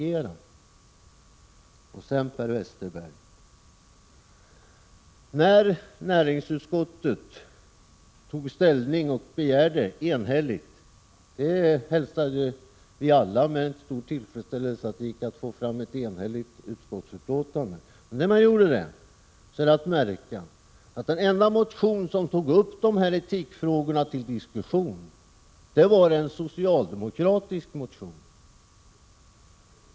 1986/87:136 fungerar. 4 juni 1987 Näringsutskottet tog ställning enhälligt, och vi hälsade alla med tillfredsställelse att det gick att få fram ett enhälligt utskottsbetänkande. Det är därvid att märka, Per Westerberg, att den enda motion som tog upp de här etikfrågorna till diskussion var en socialdemokratisk motion.